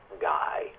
guy